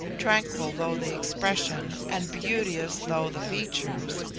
tranquil though the expression, and beauteous though the features,